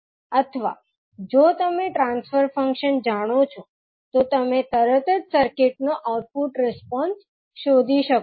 અથવા જો તમે ટ્રાન્સફર ફંક્શન જાણો છો તો તમે તરત જ સર્કિટનો આઉટપુટ રિસ્પોન્સ શોધી શકો છો